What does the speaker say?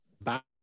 back